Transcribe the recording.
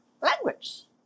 language